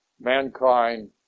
mankind